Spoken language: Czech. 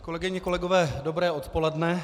Kolegyně, kolegové, dobré odpoledne.